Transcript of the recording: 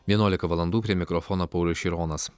vienuolika valandų prie mikrofono paulius šironas